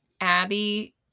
Abby